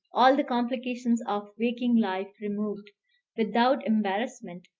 all the complications of waking life removed without embarrassment,